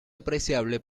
apreciable